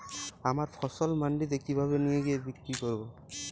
আমার ফসল মান্ডিতে কিভাবে নিয়ে গিয়ে বিক্রি করব?